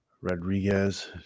Rodriguez